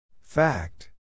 Fact